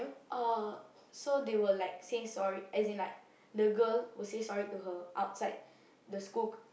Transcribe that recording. uh so they will like say sorry as in like the girl will say sorry to her outside the school c~